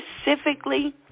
specifically